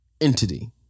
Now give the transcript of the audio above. Entity